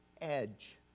edge